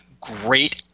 great